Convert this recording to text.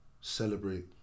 celebrate